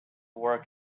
work